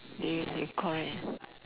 they you can call that